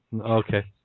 Okay